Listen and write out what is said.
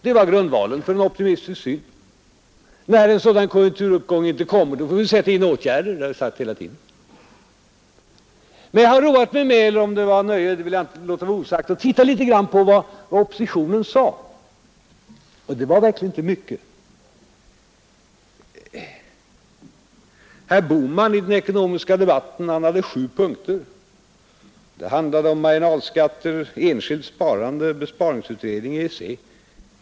Det var grundvalen för en optimistisk syn. När en sådan konjunkturuppgång inte kommer får vi sätta in åtgärder — det har vi sagt hela tiden. Men jag har roat mig med — ja, om det var något nöje skall jag låta vara osagt — att titta litet grand på vad oppositionen sade, och det var verkligen inte mycket. Herr Bohman hade i den ekonomiska debatten sju punkter: de handlade om marginalskatter, enskilt sparande, besparingsutredningen och EEC.